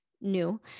new